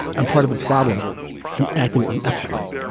i'm part of the problem and acting unethically.